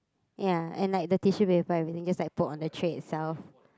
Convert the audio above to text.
ya and like the tissue paper everything just like put on the tray itself